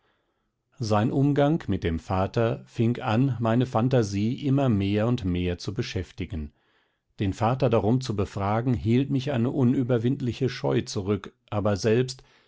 sein umgang mit dem vater fing an meine fantasie immer mehr und mehr zu beschäftigen den vater darum zu befragen hielt mich eine unüberwindliche scheu zurück aber selbst